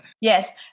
Yes